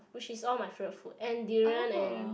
which is all my favourite food and durian and